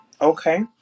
Okay